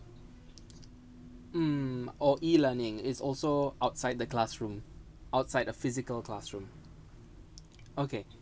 mm oh E-learning is also outside the classroom outside a physical classroom okay